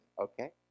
Okay